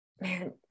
man